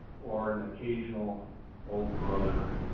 or an occasional oh brother